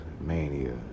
mania